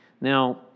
now